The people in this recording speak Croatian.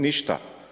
Ništa.